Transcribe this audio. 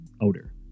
odor